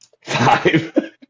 Five